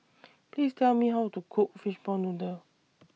Please Tell Me How to Cook Fishball Noodle